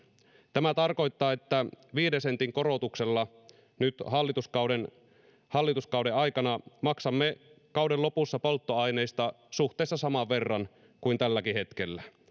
tämä tarkoittaa että viiden sentin korotuksella nyt hallituskauden hallituskauden aikana maksamme kauden lopussa polttoaineista suhteessa saman verran kuin tälläkin hetkellä